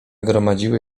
gromadziły